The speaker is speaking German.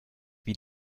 wie